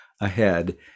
ahead